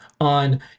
on